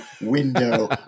window